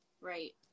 Right